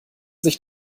sich